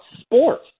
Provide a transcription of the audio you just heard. sports